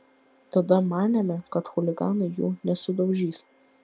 tada manėme kad chuliganai jų nesudaužys